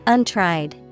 Untried